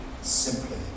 simply